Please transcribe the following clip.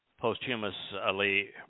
posthumously